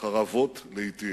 חרבות לאתים.